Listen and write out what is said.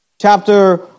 chapter